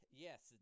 Yes